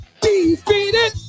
defeated